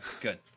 good